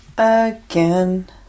again